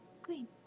Clean